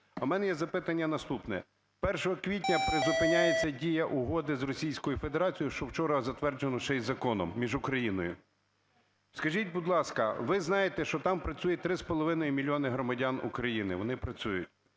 А в мене є запитання наступне. 1 квітня призупиняється дія угоди з Російською Федерацію, що вчора затверджено ще й законом, між Україною. Скажіть, будь ласка, ви знаєте, що там працює 3,5 мільйони громадян України, вони працюють?